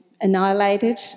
annihilated